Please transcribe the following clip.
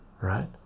right